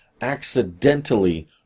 accidentally